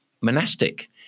monastic